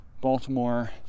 Baltimore